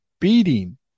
beating